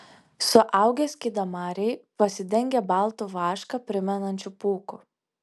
suaugę skydamariai pasidengę baltu vašką primenančiu pūku